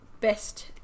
best